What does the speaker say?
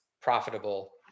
profitable